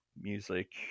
music